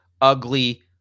ugly